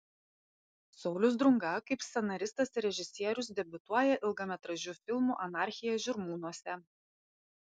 saulius drunga kaip scenaristas ir režisierius debiutuoja ilgametražiu filmu anarchija žirmūnuose